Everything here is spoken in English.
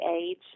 age